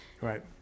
right